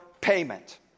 payment